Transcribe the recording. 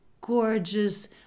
gorgeous